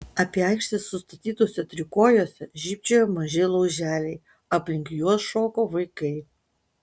apie aikštę sustatytuose trikojuose žybčiojo maži lauželiai aplink juos šoko vaikai